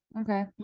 Okay